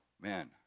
Man